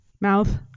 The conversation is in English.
mouth